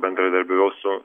bendradarbiavau su